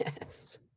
Yes